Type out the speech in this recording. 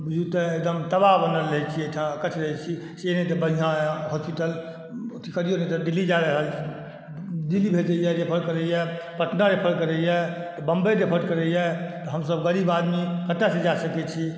बुझु तऽ एकदम तबाह बनल रहै छी एहि ठाम अकक्ष रहै छी से तऽ बढ़िऑं हॉस्पिटल अथी करियो नहि तऽ दिल्ली जा रहल दिल्ली भेजैए रेफर करैए पटना रेफर करैए बम्बइ रेफर करैए हम सब गरीब आदमी कतऽ से जा सकैत छी